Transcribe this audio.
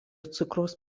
cukraus